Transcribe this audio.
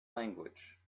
language